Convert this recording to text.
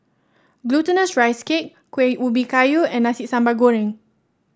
Glutinous Rice Cake Kuih Ubi Kayu and Nasi Sambal Goreng